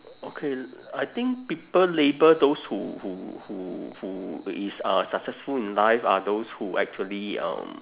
okay I think people label those who who who who is uh successful in life are those who actually um